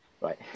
right